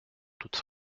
toute